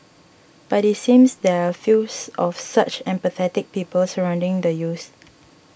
but it seems there are fews of such empathetic people surrounding the youths